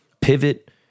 pivot